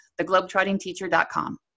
theglobetrottingteacher.com